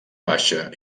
baixa